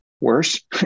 worse